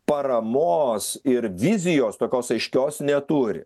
paramos ir vizijos tokios aiškios neturi